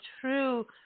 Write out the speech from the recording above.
true